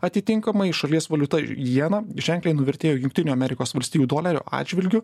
atitinkamai šalies valiuta jiena ženkliai nuvertėjo jungtinių amerikos valstijų dolerio atžvilgiu